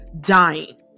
Dying